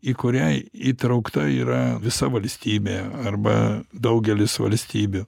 į kuriai įtraukta yra visa valstybė arba daugelis valstybių